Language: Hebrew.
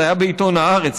זה היה בעיתון הארץ,